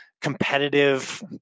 competitive